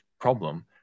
problem